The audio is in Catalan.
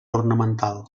ornamental